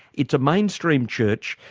it's a mainstream church,